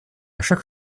chaque